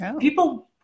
People